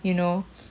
you know